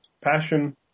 passion